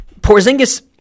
Porzingis